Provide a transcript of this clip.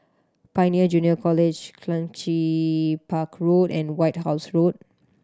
Pioneer Junior College Clunchi Park Road and White House Road